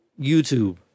YouTube